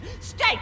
Stay